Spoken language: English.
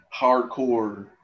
hardcore